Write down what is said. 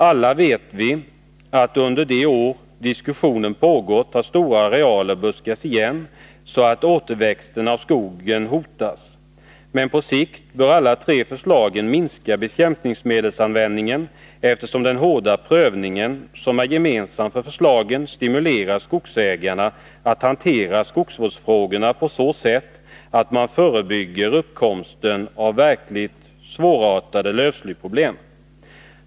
Alla vet vi att under de år diskussionen pågått har stora arealer buskat igen, så att skogsåterväxten hotas. Men på sikt bör alla tre förslagen minska bekämpningsmedelsanvändningen, eftersom den hårda prövning som är gemensam för förslagen stimulerar skogsägarna att hantera skogsvårdsfrågorna på så sätt att man förebygger uppkomsten av verkligt svårartade lövslyproblem.